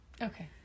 okay